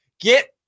Get